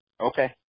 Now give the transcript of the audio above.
okay